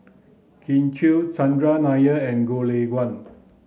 Kin Chui Chandran Nair and Goh Lay Kuan